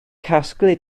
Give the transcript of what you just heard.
casglu